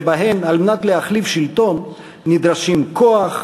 שבהן על מנת להחליף שלטון נדרשים כוח,